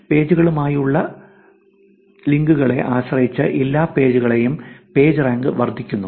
പേജുകളുമായുള്ള ലിങ്കുകളെ ആശ്രയിച്ച് എല്ലാ പേജുകളുടെയും പേജ് റാങ്ക് വർദ്ധിക്കുന്നു